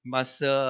Masa